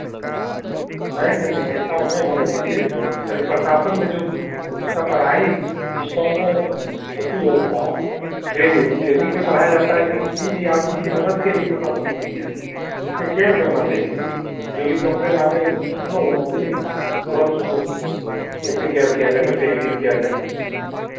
नहीं नहीं नहीं ना ऐसा नहीं होना चहिए अभी प्रशासन में जो उसका पढ़ाई सिस्टम में होती है ऐसा ट्रेनिंग ट्रेनिंग में पढ़ाया जाता है कि किसी भी आदमी की मदद के लिए प्रशासन होती है उसमें केयर करना चाहिए जो भी कंप्लेन आवे उसमें फॉलो होना चाहिए तुरंत उसको वो कैसे केयर किया जाए कैसे हैंडिल किया जाए